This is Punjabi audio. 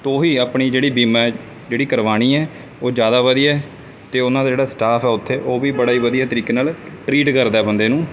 ਤੋਂ ਹੀ ਆਪਣੀ ਜਿਹੜੀ ਬੀਮਾ ਜਿਹੜੀ ਕਰਵਾਉਣੀ ਹੈ ਉਹ ਜ਼ਿਆਦਾ ਵਧੀਆ ਹੈ ਅਤੇ ਉਹਨਾਂ ਦਾ ਜਿਹੜਾ ਸਟਾਫ ਆ ਉੱਥੇ ਉਹ ਵੀ ਬੜਾ ਹੀ ਵਧੀਆ ਤਰੀਕੇ ਨਾਲ ਟਰੀਟ ਕਰਦਾ ਹੈ ਬੰਦੇ ਨੂੰ